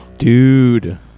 Dude